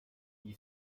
gli